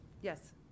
Yes